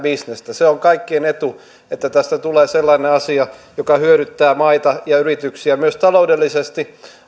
bisnestä se on kaikkien etu että tästä tulee sellainen asia joka hyödyttää maita ja yrityksiä myös taloudellisesti